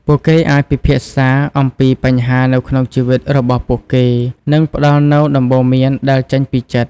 ពួកគេអាចពិភាក្សាអំពីបញ្ហានៅក្នុងជីវិតរបស់ពួកគេនិងបានផ្តល់នូវដំបូន្មានដែលចេញពីចិត្ត។